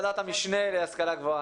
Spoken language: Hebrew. יושב-ראש ועדת המשנה להשכלה גבוהה.